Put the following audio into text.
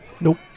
Nope